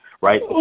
Right